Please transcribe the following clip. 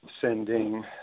sending